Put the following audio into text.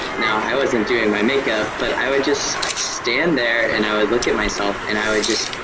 now i wasn't doing my makeup, but i would just stand there and i would look at myself and i would just,